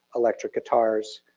electric guitars.